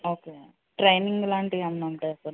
okay training లాంటివి ఏమైనా ఉంటాయా సార్